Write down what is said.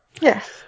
Yes